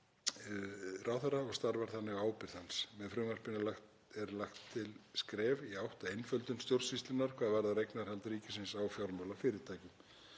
og starfar þannig á ábyrgð hans. Með frumvarpinu er lagt til skref í átt að einföldun stjórnsýslunnar hvað varðar eignarhald ríkisins á fjármálafyrirtækjum.